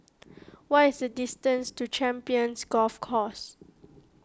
what is the distance to Champions Golf Course